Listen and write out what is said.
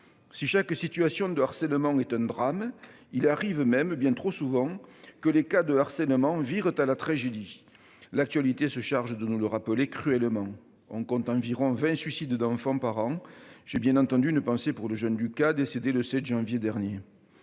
si chaque situation de harcèlement est un drame. Il arrive même bien trop souvent que les cas de harcèlement vire à la tragédie. L'actualité se charge de nous le rappeler cruellement. On compte environ 20 suicides d'enfants par an. J'ai bien entendu une pensée pour le jeune cas décédé le 7 janvier dernier.